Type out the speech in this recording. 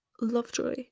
Lovejoy